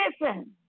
Listen